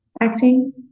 acting